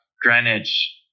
Greenwich